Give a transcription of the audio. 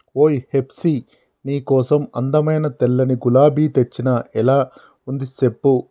ఓయ్ హెప్సీ నీ కోసం అందమైన తెల్లని గులాబీ తెచ్చిన ఎలా ఉంది సెప్పు